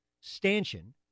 stanchion